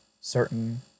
certain